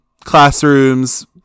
classrooms